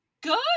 good